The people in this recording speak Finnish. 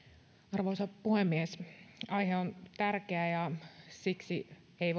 arvoisa puhemies aihe on tärkeä ja siksi ei